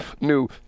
new